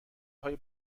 های